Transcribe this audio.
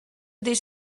this